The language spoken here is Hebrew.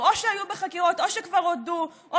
או שהיו בחקירות או שכבר הודו או